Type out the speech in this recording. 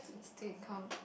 instead come